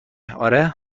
آره